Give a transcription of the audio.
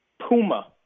Puma